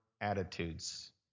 attitudes